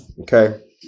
Okay